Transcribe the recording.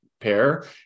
pair